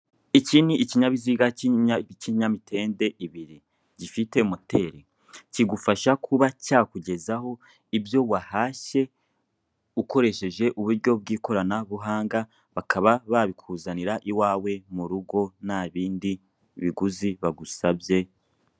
Iki ni ikinyabiziga cy'ibinyamitende ibiri gifite moteri, kigufasha kuba cyakugezaho ibyo wahashye ukoresheje uburyo bw'ikoranabuhanga bakaba babikuzanira iwawe mu rugo nta bindi biguzi bagusabye.